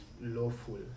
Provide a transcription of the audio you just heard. lawful